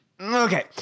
Okay